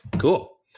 cool